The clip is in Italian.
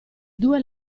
due